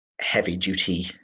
heavy-duty